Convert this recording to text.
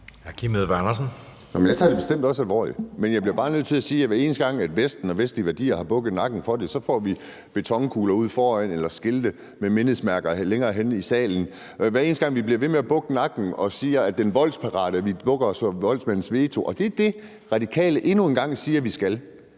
Jeg tager det bestemt også alvorligt. Men jeg bliver bare nødt til at sige, at hver eneste gang Vesten og vestlige værdier har bukket nakken for det, får vi betonkugler ude foran eller skilte med mindesmærker længere henne i salen. Radikale Venstre siger endnu en gang, at vi skal bukke nakken for den voldsparate og for voldsmandens veto. Vi skal bare lige huske, og vi